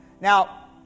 now